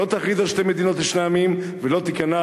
שלא תכריז על שתי מדינות לשני עמים ולא תיכנע